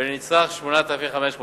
ולנצרך, על 8,500 שקלים.